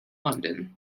london